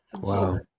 Wow